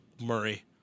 Murray